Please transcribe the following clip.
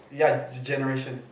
ya generation